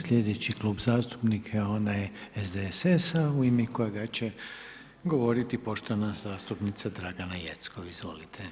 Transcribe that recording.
Sljedeći Klub zastupnika je onaj SDSS-a u ime kojega će govoriti poštovana zastupnica Dragana Jeckov, izvolite.